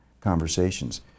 conversations